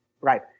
Right